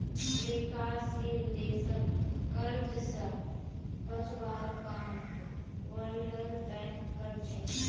विकासशील देशक कर्ज स बचवार काम वर्ल्ड बैंक कर छेक